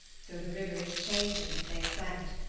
so the river is changing as they ascend.